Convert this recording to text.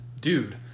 dude